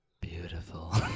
beautiful